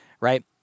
right